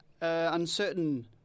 uncertain